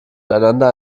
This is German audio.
einander